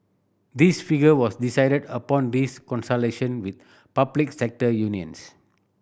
this figure was decided upon this consultation with public sector unions